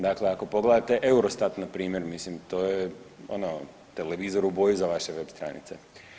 Dakle, ako pogledate EUROSTAT npr. mislim to je televizor u boji za vaše web stranice.